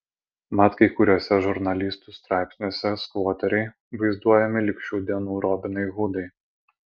mat kai kuriuose žurnalistų straipsniuose skvoteriai vaizduojami lyg šių dienų robinai hudai